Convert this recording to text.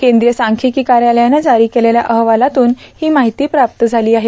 केंद्रीय सांख्यिकी कार्यालयानं जारी केलेल्या अहवालातून ही माहिती प्राप्त झाली आहे